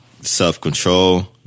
self-control